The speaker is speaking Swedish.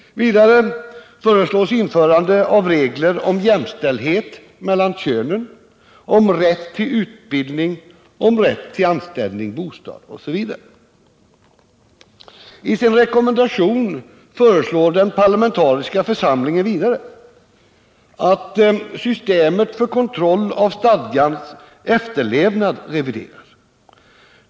Vidare föreslås införande av regler om jämställdhet mellan könen, om rätt till utbildning, rätt till anställning, bostad osv. I sin rekommendation föreslår den parlamentariska församlingen vidare att systemet för kontroll av stadgans efterlevnad skall revideras.